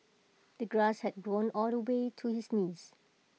the grass had grown all the way to his knees